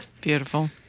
Beautiful